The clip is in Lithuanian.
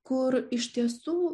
kur iš tiesų